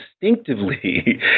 distinctively